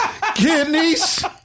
Kidneys